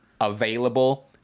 available